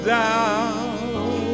down